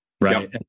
Right